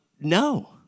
no